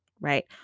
right